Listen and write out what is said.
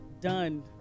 Done